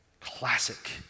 Classic